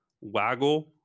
waggle